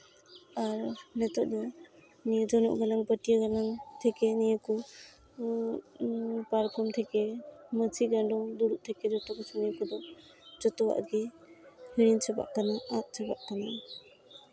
ᱟᱨ ᱱᱤᱛᱚᱜ ᱫᱚ ᱱᱤᱭᱟᱹ ᱡᱚᱱᱚᱜ ᱜᱟᱞᱟᱝ ᱯᱟᱹᱴᱭᱟᱹ ᱜᱟᱞᱟᱝ ᱛᱷᱮᱠᱮ ᱱᱤᱭᱟᱹ ᱠᱚ ᱯᱟᱨᱠᱚᱢ ᱛᱷᱮᱠᱮ ᱢᱟᱹᱪᱤ ᱜᱟᱸᱰᱳ ᱫᱩᱲᱩᱵ ᱛᱷᱮᱠᱮ ᱡᱚᱛᱚ ᱠᱤᱪᱷᱩ ᱱᱤᱭᱟᱹ ᱠᱚᱫᱚ ᱡᱚᱛᱚᱣᱟᱜ ᱜᱮ ᱦᱤᱲᱤᱧ ᱪᱟᱵᱟᱜ ᱠᱟᱱᱟ ᱟᱫ ᱪᱟᱵᱟᱜ ᱠᱟᱱᱟ